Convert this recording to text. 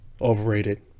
overrated